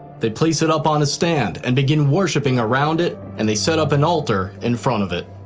they place it up on a stand and begin worshiping around it, and they set up an altar in front of it.